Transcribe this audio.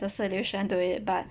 the solution to it but